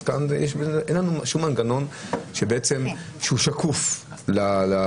אז כאן אין לנו שום מנגנון שהוא שקוף לציבור,